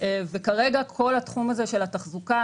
כרגע כל התחום הזה של התחזוקה,